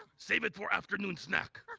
save it for afternoon snack.